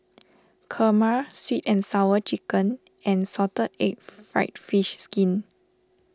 Kurma Sweet and Sour Chicken and Salted Egg Fried Fish Skin